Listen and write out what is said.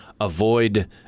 avoid